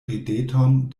rideton